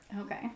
Okay